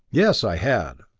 yes, i had.